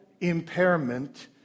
impairment